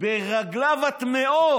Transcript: ברגליו הטמאות.